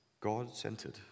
God-centered